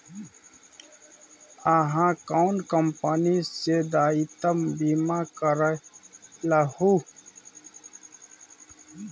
अहाँ कोन कंपनी सँ दायित्व बीमा करेलहुँ